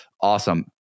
Awesome